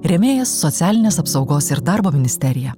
rėmėjas socialinės apsaugos ir darbo ministerija